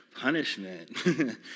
punishment